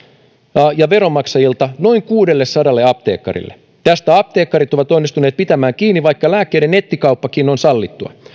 ja ja veronmaksajilta noin kuudellesadalle apteekkarille tästä apteekkarit ovat onnistuneet pitämään kiinni vaikka lääkkeiden nettikauppakin on sallittua